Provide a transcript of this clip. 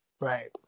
Right